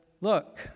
look